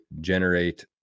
generate